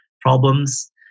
problems